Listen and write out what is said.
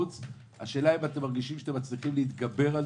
השאלה אם אתם מרגישים שאתם מצליחים להתגבר על